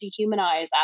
dehumanize